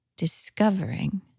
discovering